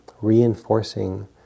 reinforcing